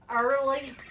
early